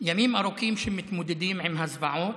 ימים ארוכים שבהם מתמודדים עם הזוועות,